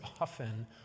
often